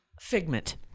Figment